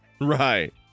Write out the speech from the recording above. right